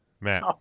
Matt